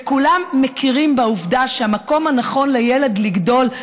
וכולם מכירים בעובדה שהמקום הנכון לילד לגדול,